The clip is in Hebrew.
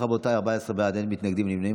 אם כך, רבותיי, 14 בעד, אין מתנגדים, אין נמנעים.